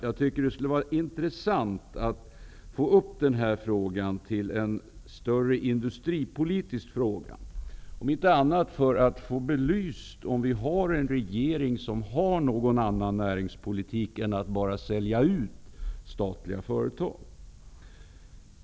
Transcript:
Jag tycker att det vore intressant att utvidga den här frågan till en större industripolitisk fråga, om inte annat så för att få belyst om regeringen har någon annan näringspolitik än att bara sälja ut statliga företag.